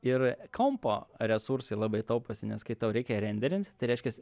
ir kompo resursai labai tauposi nes kai tau reikia renderint tai reiškias